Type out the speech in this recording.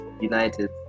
United